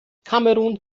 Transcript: kamerun